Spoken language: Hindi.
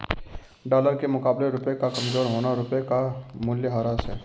डॉलर के मुकाबले रुपए का कमज़ोर होना रुपए का मूल्यह्रास है